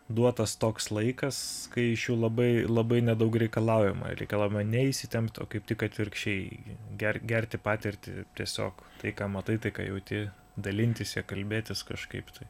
duotas toks laikas kai iš jų labai labai nedaug reikalaujama reikalujama ne įsitemt o kaip tik atvirkščiai ger gerti patirtį tiesiog tai ką matai tai ką jauti dalintis ja kalbėtis kažkaip tai